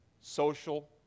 social